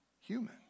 human